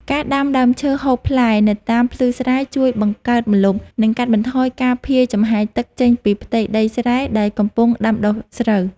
ការដាំដើមឈើហូបផ្លែនៅតាមភ្លឺស្រែជួយបង្កើតម្លប់ និងកាត់បន្ថយការភាយចំហាយទឹកចេញពីផ្ទៃដីស្រែដែលកំពុងដាំដុះស្រូវ។